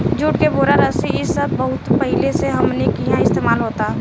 जुट के बोरा, रस्सी इ सब बहुत पहिले से हमनी किहा इस्तेमाल होता